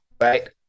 Right